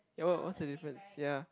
ya what what what's the difference ya